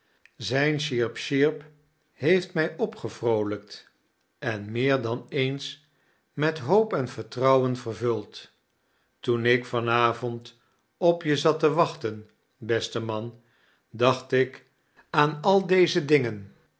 zijn sjierp sjierp sjierp heeft mij opgevroolijkt en meer dan eens met hoop en vertrouwen vervuld toen ik van avond op je zat te wachten beste man dacht ik aan al deze dingen